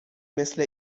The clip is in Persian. مثل